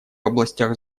областях